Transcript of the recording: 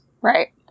Right